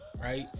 Right